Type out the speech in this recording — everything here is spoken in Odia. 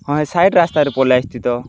ହଁଁ ହେ ସାଇଟ୍ ରାସ୍ତାରେ ପଲେଇ ଆସିଥିତ